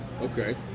Okay